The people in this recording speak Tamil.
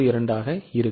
12 ஆக இருக்கும்